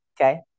okay